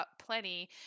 plenty